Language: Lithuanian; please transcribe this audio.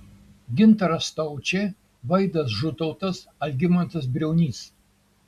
gintaras staučė vaidas žutautas algimantas briaunys